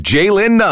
Jalen